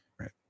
right